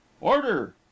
order